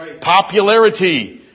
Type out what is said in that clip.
Popularity